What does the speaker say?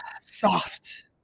soft